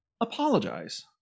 apologize